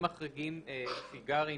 אם מחריגים סיגרים,